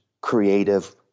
creative